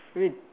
wait